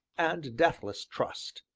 and deathless trust.